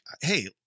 hey